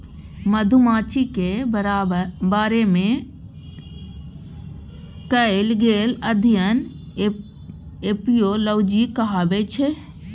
मधुमाछीक बारे मे कएल गेल अध्ययन एपियोलाँजी कहाबै छै